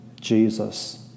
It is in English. Jesus